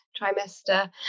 trimester